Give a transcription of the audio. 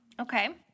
Okay